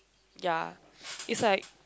ya is like